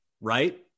right